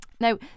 Now